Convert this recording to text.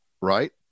right